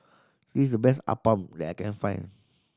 this the best Appam that I can find